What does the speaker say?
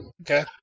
Okay